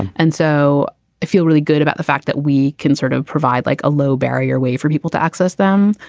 and so i feel really good about the fact that we can sort of provide like a low barrier way for people to access them.